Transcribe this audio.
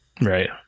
right